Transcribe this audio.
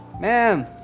Ma'am